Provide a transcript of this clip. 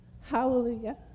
Hallelujah